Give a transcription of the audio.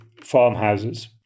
farmhouses